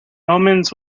omens